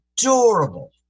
adorable